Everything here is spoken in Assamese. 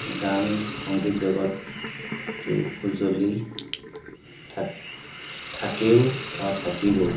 গান সংগীত জগতো উজলি থাকেও আৰু থাকিবও